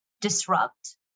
disrupt